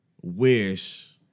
wish